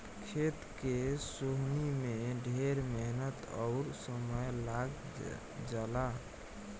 खेत के सोहनी में ढेर मेहनत अउर समय लाग जला